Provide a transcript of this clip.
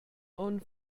onn